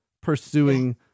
pursuing